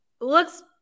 Looks